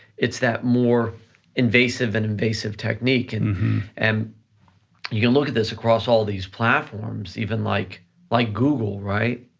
it's that more invasive and invasive technique. and and you can look at this across all these platforms even like like google, right?